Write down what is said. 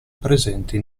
presenti